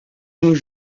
nos